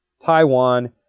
Taiwan